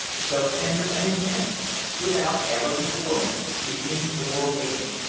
so tender and intense, stood out ever before me, sleeping or waking.